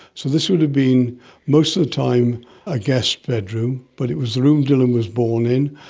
so this would have been most of the time a guest bedroom, but it was the room dylan was born in.